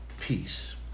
peace